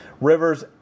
Rivers